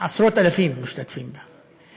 עשרות אלפים משתתפים בה.